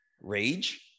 Rage